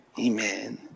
Amen